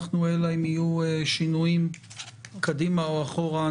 אלא אם כן יהיו שינויים קדימה או אחורה,